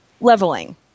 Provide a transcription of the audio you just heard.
leveling